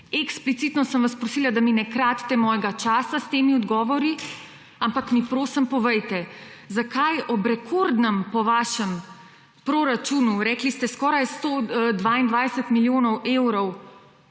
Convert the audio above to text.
Eksplicitno sem vas prosila, da mi ne kratite mojega časa s temi odgovori, ampak mi, prosim, povejte: Zakaj ob rekordnem, po vašem, proračunu, rekli ste skoraj 122 milijonov evrov